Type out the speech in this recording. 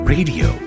Radio